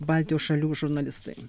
baltijos šalių žurnalistai